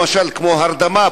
למשל כמו הרדמה,